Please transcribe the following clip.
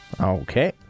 Okay